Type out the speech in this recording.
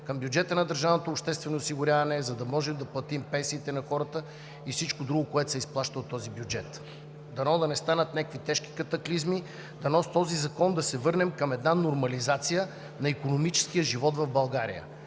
към бюджета на държавното обществено осигуряване, за да можем да платим пенсиите на хората и всичко друго, което се изплаща от този бюджет. Дано да не станат някакви тежки катаклизми, дано с този закон да се върнем към една нормализация на икономическия живот в България!